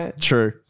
true